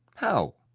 how!